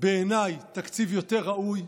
בעיניי אין תקציב יותר ראוי,